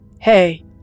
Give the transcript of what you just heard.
Hey